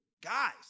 guys